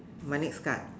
my next card